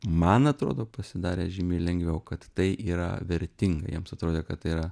man atrodo pasidarė žymiai lengviau kad tai yra vertinga jiems atrodė kad tai yra